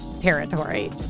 territory